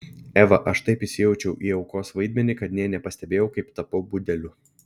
eva aš taip įsijaučiau į aukos vaidmenį kad nė nepastebėjau kaip tapau budeliu